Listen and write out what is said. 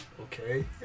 Okay